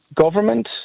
government